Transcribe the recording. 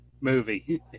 movie